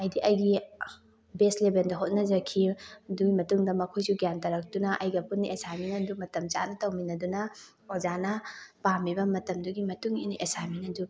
ꯍꯥꯏꯗꯤ ꯑꯩꯒꯤ ꯕꯦꯁ ꯂꯦꯕꯦꯜꯗ ꯍꯣꯠꯅꯖꯈꯤ ꯑꯗꯨꯏ ꯃꯇꯨꯡꯗ ꯃꯈꯣꯏꯁꯨ ꯒ꯭ꯌꯥꯟ ꯇꯥꯔꯛꯇꯨꯅ ꯑꯩꯒ ꯄꯨꯟꯅ ꯑꯦꯁꯥꯏꯟꯃꯦꯟ ꯑꯗꯨ ꯃꯇꯝ ꯆꯥꯅ ꯇꯧꯃꯤꯟꯅꯗꯨꯅ ꯑꯣꯖꯥꯅ ꯄꯥꯝꯃꯤꯕ ꯃꯇꯝꯗꯨꯒꯤ ꯃꯇꯨꯡ ꯏꯟꯅ ꯑꯦꯁꯥꯏꯟꯃꯦꯟ ꯑꯗꯨ